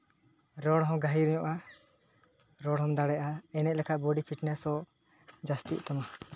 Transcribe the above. ᱨᱚᱲ ᱦᱚᱸ ᱜᱟᱹᱦᱤᱨᱚᱜᱼᱟ ᱨᱚᱲ ᱦᱚᱸᱢ ᱫᱟᱲᱮᱭᱟᱜᱼᱟ ᱮᱱᱮᱡ ᱞᱮᱠᱷᱟᱡ ᱵᱚᱰᱤ ᱯᱷᱤᱴᱱᱮᱥᱚᱜ ᱡᱟᱹᱥᱛᱤᱜ ᱛᱟᱢᱟ